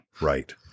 right